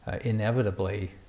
inevitably